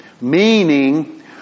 Meaning